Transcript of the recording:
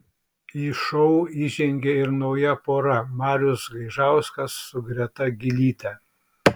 į šou įžengė ir nauja pora marius gaižauskas su greta gylyte